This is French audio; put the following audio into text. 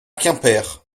quimper